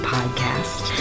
Podcast